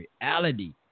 reality